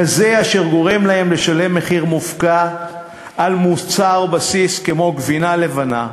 כזה אשר גורם להם לשלם מחיר מופקע על מוצר בסיס כמו גבינה לבנה,